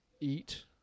eat